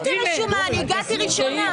אני הייתי רשומה, אני הגעתי ראשונה.